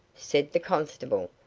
said the constable.